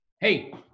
Hey